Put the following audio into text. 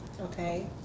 Okay